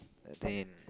ten